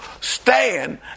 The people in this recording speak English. stand